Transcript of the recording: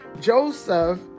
Joseph